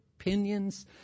opinions